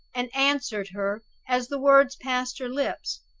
and answered her as the words passed her lips.